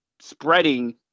spreading